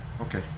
Okay